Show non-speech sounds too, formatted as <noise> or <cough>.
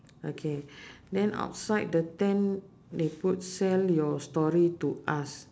okay <breath> then outside the tent they put sell your story to us